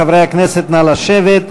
חברי הכנסת, נא לשבת.